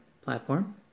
platform